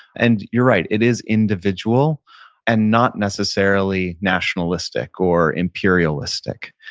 and you're right. it is individual and not necessarily nationalistic or imperialistic.